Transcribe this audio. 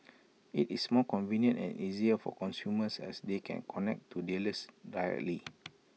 IT is more convenient and easier for consumers as they can connect to dealers directly